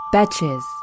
Betches